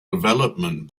development